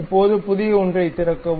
இப்போது புதிய ஒன்றைத் திறக்கவும்